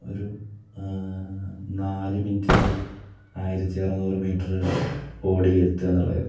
ഒരു നാല് മിനിറ്റിൽ ആയിരത്തി അറുനൂറ് മീറ്റർ ഓടി എത്തുക എന്നുള്ളതായിരുന്നു